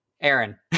Aaron